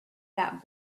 that